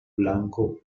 blanco